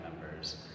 members